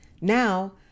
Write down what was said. Now